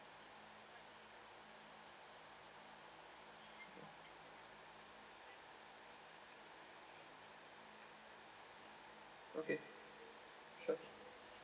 okay sure